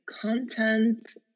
content